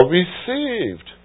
received